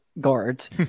guards